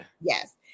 Yes